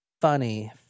funny